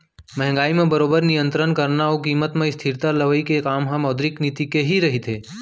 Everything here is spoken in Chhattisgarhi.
महंगाई म बरोबर नियंतरन करना अउ कीमत म स्थिरता लवई के काम ह मौद्रिक नीति के ही रहिथे